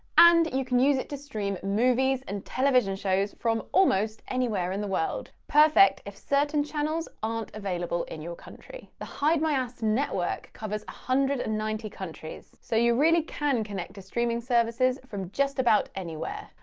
and you can use it to stream movies and television shows from almost anywhere in the world. perfect if certain channels aren't available in your country. the hide my ass network covers one hundred and ninety countries so you really can connect to streaming services from just about anywhere.